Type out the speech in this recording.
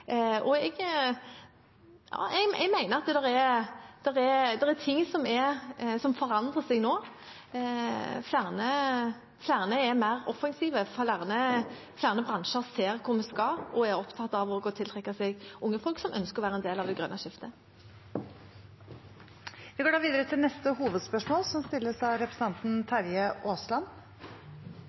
Jeg mener det er ting som forandrer seg nå. Flere er mer offensive, og flere bransjer ser hvor vi skal, og er opptatt av å tiltrekke seg også unge folk som ønsker å være en del av det grønne skiftet. Vi går videre til neste hovedspørsmål.